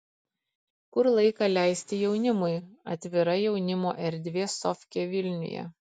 kur laiką leisti jaunimui atvira jaunimo erdvė sofkė vilniuje